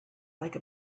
like